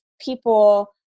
people